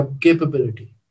capability